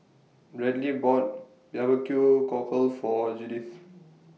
Bradly bought Barbecue Cockle For Judith